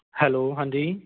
hello ਹਾਂਜੀ